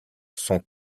sont